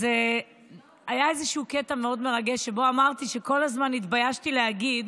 אז היה איזשהו קטע מאוד מרגש שבו אמרתי שכל הזמן התביישתי להגיד